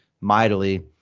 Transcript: mightily